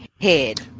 head